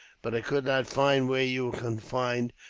but i could not find where you were confined,